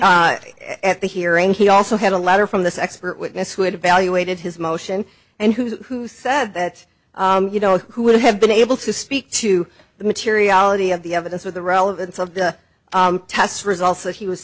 at the hearing he also had a letter from this expert witness who had evaluated his motion and who's who said that you know who would have been able to speak to the materiality of the evidence with the relevance of the test results that he was